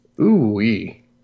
Ooh-wee